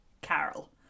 Carol